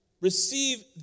receive